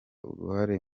uruhare